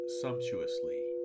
sumptuously